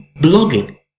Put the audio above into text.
blogging